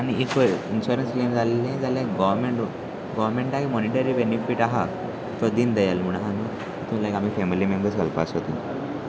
आनी इवल insurance claim जाल्ली जाल्यार गोवमेंट गोवरमेंटाक एक मॉनिटरी बेनिफीट आसा तो दिन दयाल म्हणून आसा तो लायक आमी फॅमिली मेम्बर्स घालपा सोदून